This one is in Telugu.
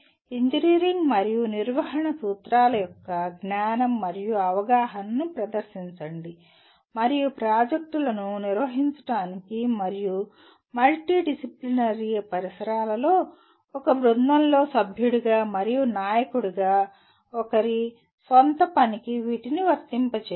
ఇంజనీరింగ్ మరియు నిర్వహణ సూత్రాల యొక్క జ్ఞానం మరియు అవగాహనను ప్రదర్శించండి మరియు ప్రాజెక్టులను నిర్వహించడానికి మరియు మల్టీడిసిప్లినరీ పరిసరాలలో ఒక బృందంలో సభ్యుడిగా మరియు నాయకుడిగా ఒకరి స్వంత పనికి వీటిని వర్తింపజేయండి